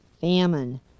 famine